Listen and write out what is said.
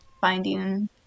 finding